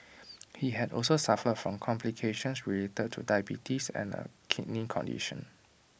he had also suffered from complications related to diabetes and A kidney condition